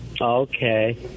Okay